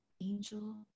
angel